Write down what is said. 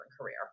career